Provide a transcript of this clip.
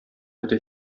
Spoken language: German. hätte